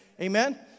Amen